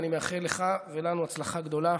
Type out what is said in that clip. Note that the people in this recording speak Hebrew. אני מאחל לך ולנו הצלחה גדולה.